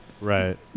Right